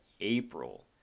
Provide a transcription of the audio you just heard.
April